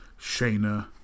Shayna